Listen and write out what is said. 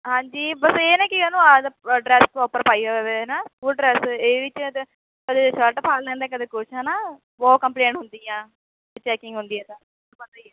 ਹਾਂਜੀ ਬਸ ਇਹ ਨਾ ਕਿ ਇਹ ਨੂੰ ਆਦ ਪ ਡ੍ਰੈੱਸ ਪਰੋਪਰ ਪਾਈ ਹੋਵੇ ਹੈ ਨਾ ਫੁੱਲ ਡ੍ਰੈੱਸ ਹੋਵੇ ਇਹਦੇ ਵਿੱਚ ਤ ਕਦੇ ਸ਼ਰਟ ਪਾ ਲੈਂਦਾ ਕਦੇ ਕੁਛ ਹੈ ਨਾ ਬਹੁਤ ਕੰਮਪਲੇਟ ਹੁੰਦੀ ਹੈ ਜੇ ਚੈੱਕਿੰਗ ਹੁੰਦੀ ਹੈ ਤਾਂ ਤੁਹਾਨੂੰ ਪਤਾ ਹੀ ਹੈ